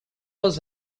was